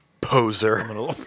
Poser